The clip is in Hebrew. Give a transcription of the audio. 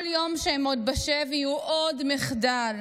כל יום שהם עוד בשבי הוא עוד מחדל.